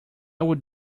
would